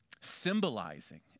Symbolizing